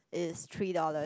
is three dollars